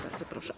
Bardzo proszę.